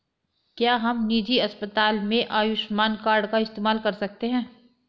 क्या हम निजी अस्पताल में आयुष्मान कार्ड का इस्तेमाल कर सकते हैं?